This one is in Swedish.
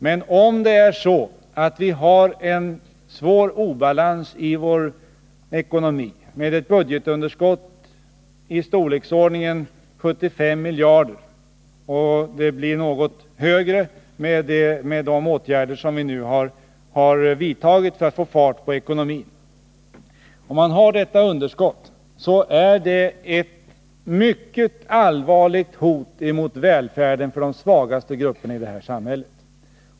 Men en svår obalans i vår ekonomi, ett budgetunderskott av storleksordningen 75 miljarder — det blir något högre med de åtgärder vi nu har vidtagit för att få fart på ekonomin — är ett mycket allvarligt hot mot välfärden för de svagaste grupperna i vårt samhälle.